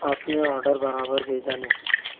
آپ نے آرڈر برابر بھیجا نہیں